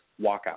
walkout